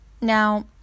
Now